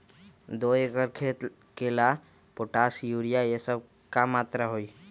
दो एकर खेत के ला पोटाश, यूरिया ये सब का मात्रा होई?